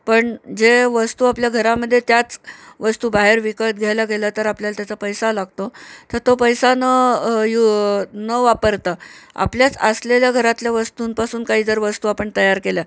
पण जे वस्तू आपल्या घरामध्ये त्याच वस्तू बाहेर विकत घ्यायला गेलं तर आपल्याला त्याचा पैसा लागतो तर तो पैसा न यु न वापरता आपल्याच असलेल्या घरातल्या वस्तूंपासून काही जर वस्तू आपण तयार केल्या